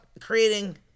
creating